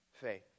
faith